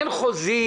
אין חוזים.